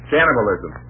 Cannibalism